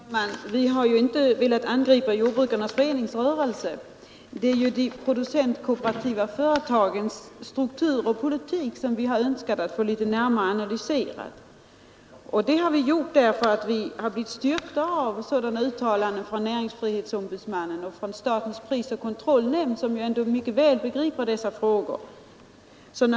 Herr talman! Vi har ju inte velat angripa jordbrukarnas föreningsrörelse. Det är de producentkooperativa företagens struktur och politik som vi önskat få litet närmare analyserad, därför att vi har blivit styrkta av sådana uttalanden från näringsfrihetsombudsmannen och från statens prisoch kartellnämnd, som ändå mycket väl begriper dessa frågor.